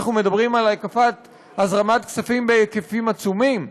אנחנו מדברים על הזרמת כספים בהיקפים עצומים,